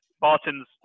barton's